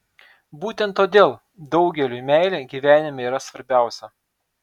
būtent todėl daugeliui meilė gyvenime yra svarbiausia